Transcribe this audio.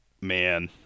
Man